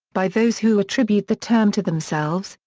by those who attribute the term to themselves,